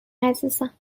عزیزم